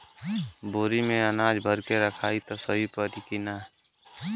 बोरी में भर के अनाज रखायी त सही परी की ना?